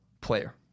player